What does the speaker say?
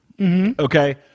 Okay